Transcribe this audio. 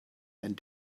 and